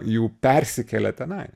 jų persikelia tenai